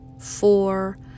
four